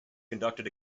conducted